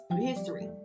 history